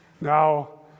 Now